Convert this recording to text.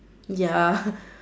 ya